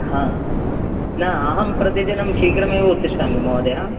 न अहं प्रतिदिनं शीघ्रमेव उत्तिष्ठामि महोदय